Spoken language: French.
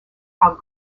par